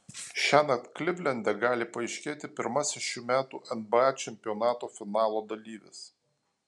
šiąnakt klivlende gali paaiškėti pirmasis šių metų nba čempionato finalo dalyvis